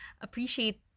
appreciate